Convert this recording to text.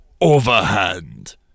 Overhand